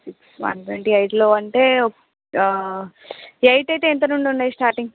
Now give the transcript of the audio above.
six one twenty ఎయిట్లో అంటే eight అయితే ఎంత నుండి ఉన్నాయి స్టార్టింగ్